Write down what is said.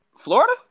Florida